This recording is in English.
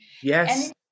Yes